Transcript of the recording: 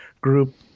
group